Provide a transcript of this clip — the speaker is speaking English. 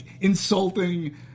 insulting